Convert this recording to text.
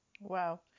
Wow